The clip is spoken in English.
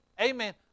Amen